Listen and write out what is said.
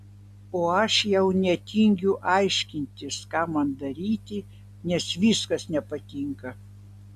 o aš jau net tingiu aiškintis ką man daryti nes viskas nepatinka